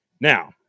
Now